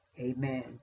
Amen